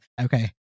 Okay